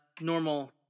normal